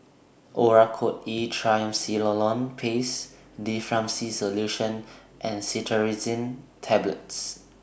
Oracort E Triamcinolone Paste Difflam C Solution and Cetirizine Tablets